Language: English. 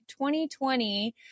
2020